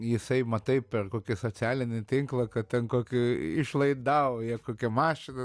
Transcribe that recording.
jisai matai per kokį socialinį tinklą kad ten kokį išlaidauja kokią mašiną